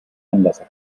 anlasser